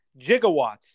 gigawatts